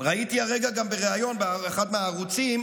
ראיתי הרגע גם בריאיון באחד מהערוצים